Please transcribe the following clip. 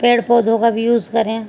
پیڑ پودوں کا بھی یوز کریں